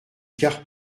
quart